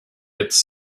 its